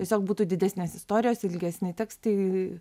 tiesiog būtų didesnės istorijos ilgesni tekstai